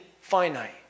finite